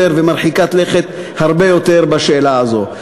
ומרחיקת לכת הרבה יותר בשאלה הזאת.